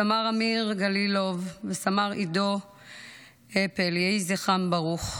סמ"ר אמיר גלילוב וסמ"ר עידו אפל, יהי זכרם ברוך.